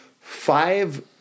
five